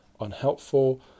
unhelpful